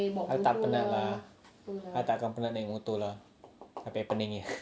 I tak penat lah I takkan penat naik motor lah tapi I pening ni